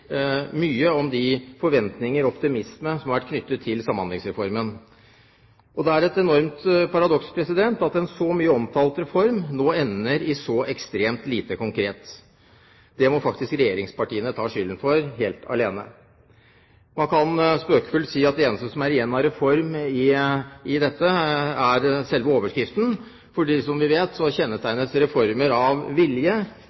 mye om de forventninger og den optimisme som har vært knyttet til Samhandlingsreformen. Da er det et enormt paradoks at en så mye omtalt reform nå ender i så ekstremt lite konkret. Det må faktisk regjeringspartiene ta skylden for helt alene. Man kan spøkefullt si at det eneste som er igjen av reform i dette, er selve overskriften, for som vi vet,